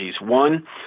One